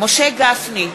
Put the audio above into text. משה גפני,